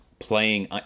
playing